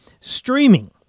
streaming